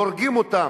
הורגים אותם,